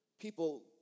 people